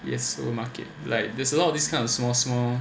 Yes supermarket like there's a lot of this kind of small small